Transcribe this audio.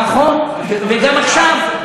נכון, וגם עכשיו.